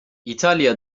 i̇talya